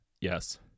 Yes